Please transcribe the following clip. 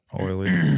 Oily